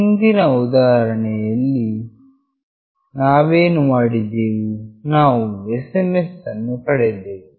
ಹಿಂದಿನ ಉದಾಹರಣೆಯಲ್ಲಿ ನಾವೇನು ಮಾಡಿದೆವು ನಾವು SMS ಅನ್ನು ಪಡೆದೆವು